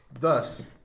Thus